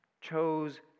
chose